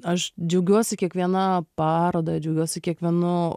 aš džiaugiuosi kiekviena paroda džiaugiuosi kiekvienu